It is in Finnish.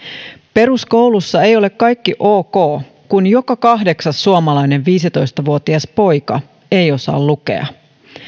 peruskoulussa ei ole kaikki ok kun joka kahdeksas suomalainen viisitoista vuotias poika ei osaa lukea